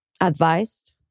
advised